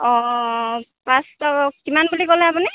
অঁ অঁ অঁ পাঁচ ট কিমান বুলি ক'লে আপুনি